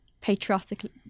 patriotically